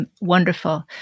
wonderful